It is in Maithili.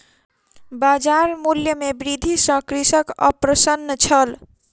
बजार मूल्य में वृद्धि सॅ कृषक अप्रसन्न छल